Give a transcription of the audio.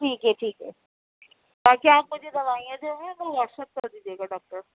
ٹھیک ہے ٹھیک ہے اور کیا آپ مجھے دوائیاں دیں گے تو واٹس ایپ کردیجیے گا ڈاکٹر